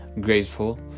grateful